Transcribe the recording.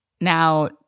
now